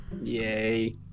Yay